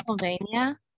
pennsylvania